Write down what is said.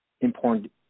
important